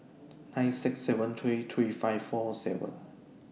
nine six seven three three five four three